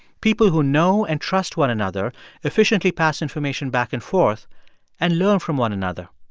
people who know and trust one another efficiently pass information back and forth and learn from one another.